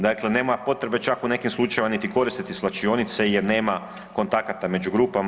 Dakle, nema potrebe čak u nekim slučajevima niti koristiti svlačionice, jer nema kontakata među grupama.